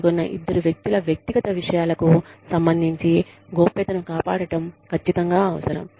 పాల్గొన్న ఇద్దరు వ్యక్తుల వ్యక్తిగత విషయాలకు సంబంధించి గోప్యతను కాపాడటం ఖచ్చితంగా అవసరం